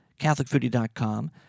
CatholicFoodie.com